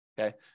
okay